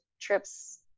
trips